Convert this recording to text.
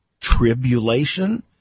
tribulation